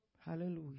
Hallelujah